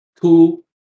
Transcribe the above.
Two